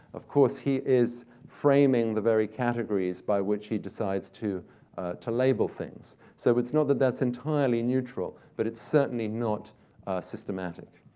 of course, he is framing the very categories by which he decides to to label things. so it's not that that's entirely neutral, but it's certainly not systematic.